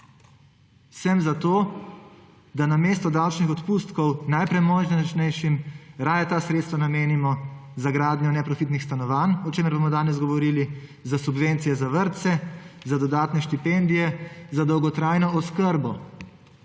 Sem za to, da namesto davčnih odpustkov najpremožnejšim raje ta sredstva namenimo za gradnjo neprofitnih stanovanj, o čemer bomo danes govorili, za subvencije za vrtce, za dodatne štipendije, za dolgotrajno oskrbo,